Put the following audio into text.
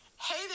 Hey